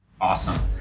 Awesome